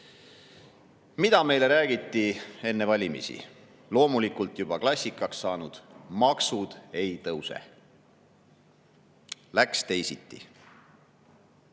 Mida meile räägiti enne valimisi? Loomulikult juba klassikaks saanud: maksud ei tõuse. Läks teisiti.